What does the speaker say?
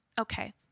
okay